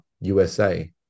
USA